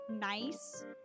nice